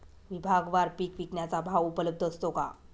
विभागवार पीक विकण्याचा भाव उपलब्ध असतो का?